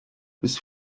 bis